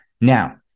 now